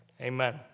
Amen